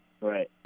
Right